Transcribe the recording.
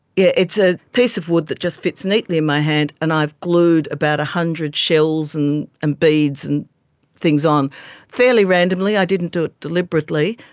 it's a piece of wood that just fits neatly in my hand and i've glued about one hundred shells and and beads and things on fairly randomly, i didn't do it deliberately,